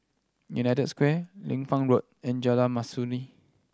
United Square Liu Fang Road and Jalan Mastuli